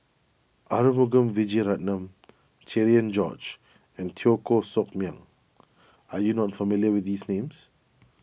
Arumugam Vijiaratnam Cherian George and Teo Koh Sock Miang are you not familiar with these names